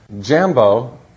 Jambo